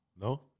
No